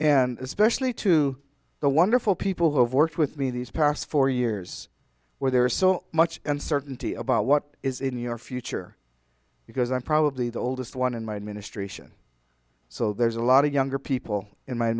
and especially to the wonderful people who have worked with me these past four years where there is so much uncertainty about what is in your future because i'm probably the oldest one in my administration so there's a lot of younger people in my